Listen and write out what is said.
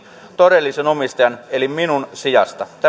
todellisen omistajan eli minun sijastani tämä